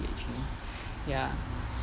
ya